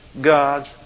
God's